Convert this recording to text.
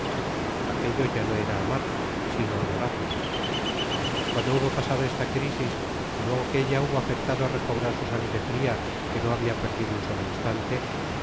acuello ya no era amar sino adorarla cuando hubo pasado esta crisis y luego que ella hubo afectado recobrar su sangre fria que no habia perdido un solo instante ahí